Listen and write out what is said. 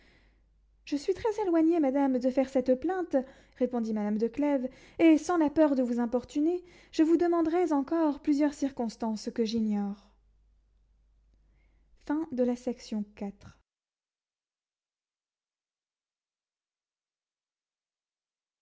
je suis très éloignée madame de faire cette plainte répondit madame de clèves et sans la peur de vous importuner je vous demanderais encore plusieurs circonstances que j'ignore